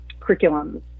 curriculums